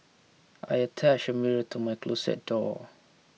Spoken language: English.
I attached a mirror to my closet door